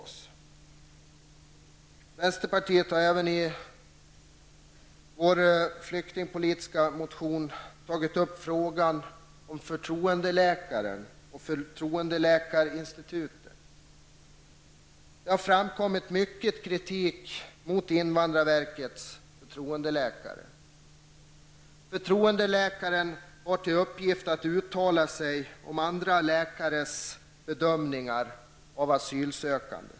Vi har i vänsterpartiet också i vår flyktingpolitiska motion tagit upp frågan om förtroendeläkarinstitutet. Det har framkommit mycket kritik mot invandrarverkets förtroendeläkare. Förtroendeläkaren har till uppgift att uttala sig om andra läkares bedömningar av asylsökande.